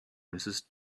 mrs